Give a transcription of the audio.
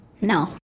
No